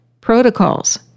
protocols